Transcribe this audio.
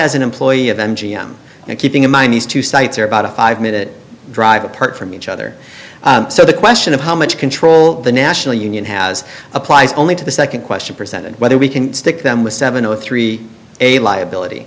as an employee of m g m and keeping in mind these two sites are about a five minute drive apart from each other so the question of how much control the national union has applies only to the second question presented whether we can stick them with seven or three a i ability